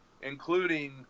including